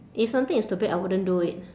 if something is stupid I wouldn't do it